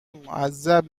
معذب